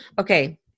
Okay